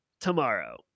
tomorrow